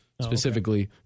specifically